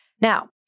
Now